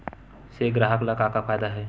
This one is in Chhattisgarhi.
से ग्राहक ला का फ़ायदा हे?